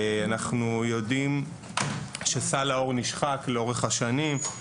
אנחנו יודעים שסל האור נשחק לאורך השנים.